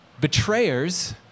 betrayers